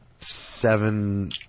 seven